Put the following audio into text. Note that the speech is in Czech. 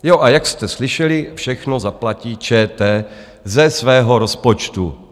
Jo, a jak jste slyšeli, všechno zaplatí ČT ze svého rozpočtu.